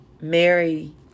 Mary